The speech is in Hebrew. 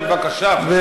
בבקשה, חשוב.